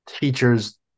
teachers